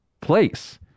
place